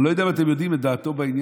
אני לא יודע אם אתם יודעים את דעתו בעניין: